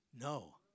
No